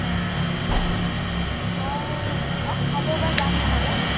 হয় হয় মই অহা দেওবাৰে যাম নহ'লে